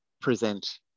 present